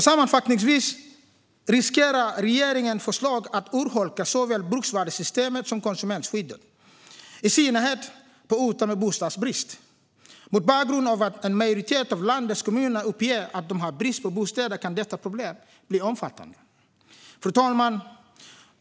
Sammanfattningsvis riskerar regeringens förslag att urholka såväl bruksvärdessystemet som konsumentskyddet, i synnerhet på orter med bostadsbrist. Mot bakgrund av att en majoritet av landets kommuner uppger att de har brist på bostäder kan detta problem bli omfattande. Fru talman!